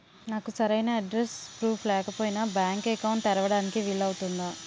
నాకు సరైన address proof లేకపోయినా బ్యాంక్ అకౌంట్ తెరవడానికి వీలవుతుందా?